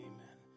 Amen